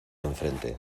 enfrente